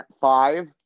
Five